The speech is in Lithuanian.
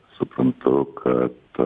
suprantu kad